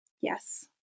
Yes